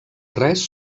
res